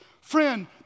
Friend